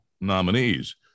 nominees